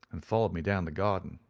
and followed me down the garden.